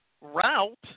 route